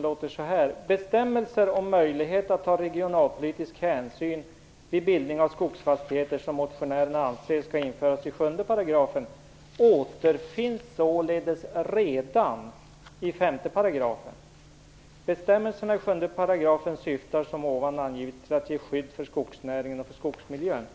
det följande: "Bestämmelser om möjlighet att ta regionalpolitiska hänsyn vid bildning av skogsfastigheter som motionärerna anser skall införas i 7 § återfinns således redan i 5 §. Bestämmelserna i 7 § syftar som ovan angivits till att ge ett skydd för skogsnäringen och för skogsmiljön."